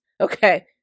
Okay